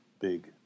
big